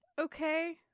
Okay